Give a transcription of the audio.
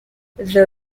the